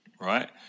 right